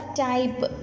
type